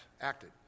acted